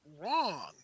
wrong